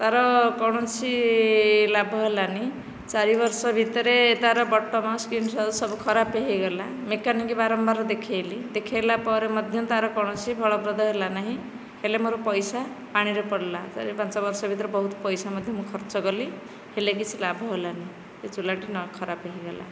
ତାର କୌଣସି ଲାଭ ହେଲାନି ଚାରି ବର୍ଷ ଭିତରେ ତାର ବଟନ ସ୍କ୍ରିନ ସବୁ ଖରାପ ହୋଇଗଲା ମେକାନିକ ବାରମ୍ବାର ଦେଖେଇଲି ଦେଖାଇଲା ତାପରେ ମଧ୍ୟ ତାର କୌଣସି ଫଳପ୍ରଦ ହେଲାନାହିଁ ହେଲେ ମୋର ପଇସା ପାଣିରେ ପଇଲା ଚାରି ପାଞ୍ଚ ବର୍ଷ ଭିତରେ ବହୁତ ପଇସା ମଧ୍ୟ ଖର୍ଚ୍ଚ କଲି ହେଲେ କିଛି ଲାଭ ହେଲାନି ସେ ଚୁଲାଟି ଖରାପ ହୋଇଗଲା